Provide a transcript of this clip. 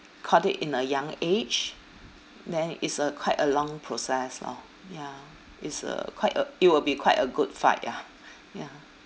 caught it in a young age then it's a quite a long process lor ya it's a quite a it will be quite a good fight ya ya